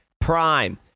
prime